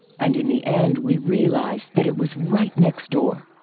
and in the end we realize that it was right next door.